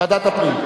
ועדת הפנים.